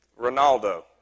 Ronaldo